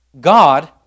God